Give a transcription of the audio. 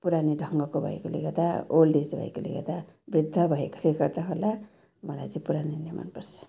पुरानो ढङ्गको भएकोले गर्दा ओल्डेज भएकोले गर्दा वृद्ध भएकोले गर्दा होला मलाई चाहिँ पुरानो नै मनपर्छ